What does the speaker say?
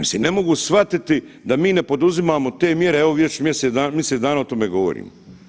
Mislim ne mogu shvatiti da mi ne poduzimamo te mjere, evo već misec dana o tome govorimo.